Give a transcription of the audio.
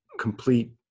complete